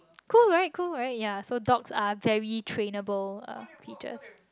cool right cool right ya so dogs are very trainable uh creatures